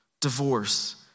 divorce